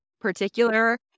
particular